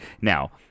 now